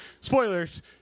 Spoilers